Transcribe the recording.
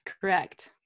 Correct